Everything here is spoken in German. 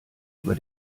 über